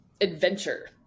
adventure